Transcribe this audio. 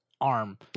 arm